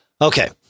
Okay